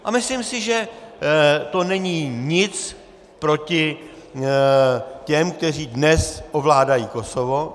A myslím si, že to není nic proti těm, kteří dnes ovládají Kosovo.